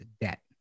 debt